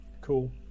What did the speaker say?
Cool